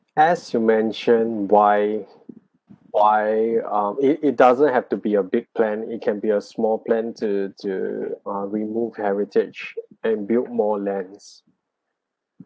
as you mention why why um it it doesn't have to be a big plan it can be a small plan to to ah remove heritage and build more lands